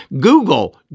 Google